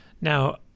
Now